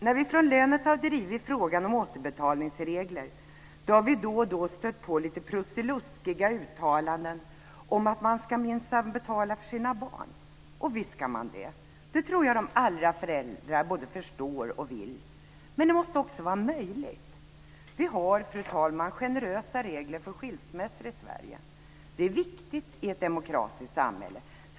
När vi från länet har drivit frågan om återbetalningsregler har vi då och då stött på lite "prusseluskiga" uttalanden om "att man minsann ska betala för sina barn". Och visst ska man det. Det tror jag att de allra flesta föräldrar både förstår och vill. Men det måste också vara möjligt. Vi har, fru talman, generösa regler för skilsmässor i Sverige. Det är viktigt i ett demokratiskt samhälle.